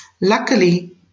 Luckily